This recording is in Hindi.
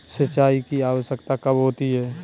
सिंचाई की आवश्यकता कब होती है?